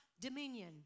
dominion